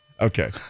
Okay